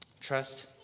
Trust